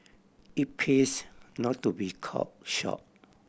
it pays not to be caught short